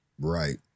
right